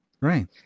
Right